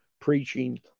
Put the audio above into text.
preaching